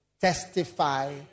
testify